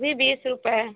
B बीस रुपये